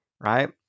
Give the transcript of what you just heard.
right